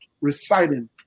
reciting